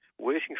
waiting